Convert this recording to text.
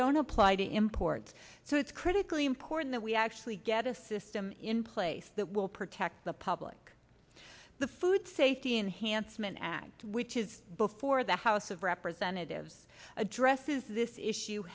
don't apply to imports so it's critically important that we actually get a system in place that will protect the public the food safety unhandsome an act which is before the house of representatives addresses this issue